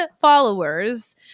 followers